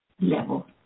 level